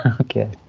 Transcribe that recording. Okay